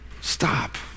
Stop